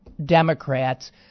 Democrats